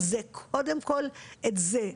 זה קודם כל את זה.